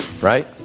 right